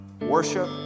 worship